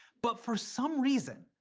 but for some reason,